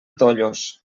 tollos